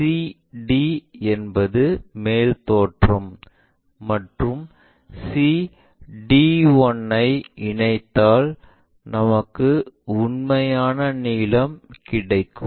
cd என்பது மேல்தோற்றம் மற்றும் c d1 ஐ இணைத்தால் நமக்கு உண்மையான நீளம் கிடைக்கும்